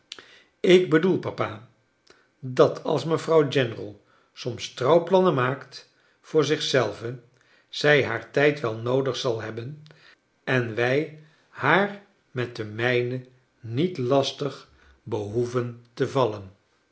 ik bedoel papa dat als mevrouw general soms trouwplannen maakt voor zich zelve zij haar tijd wel noodig zal hebben en wij haar met de mijne niet lastig behoeven chakdes dickens te vallen